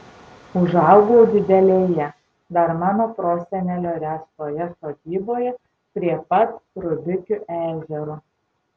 užaugau didelėje dar mano prosenelio ręstoje sodyboje prie pat rubikių ežero